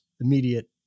immediate